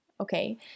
okay